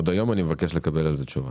עוד היום אני מבקש לקבל על זה תשובה.